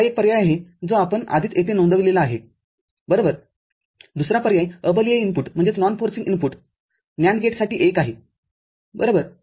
हा एक पर्याय आहे जो आपण आधीच येथे नोंदविला आहे बरोबरदुसरा पर्याय अबलीय इनपुट NAND गेटसाठी१आहे बरोबर